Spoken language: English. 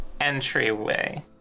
entryway